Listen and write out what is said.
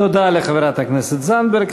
תודה לחברת הכנסת זנדברג.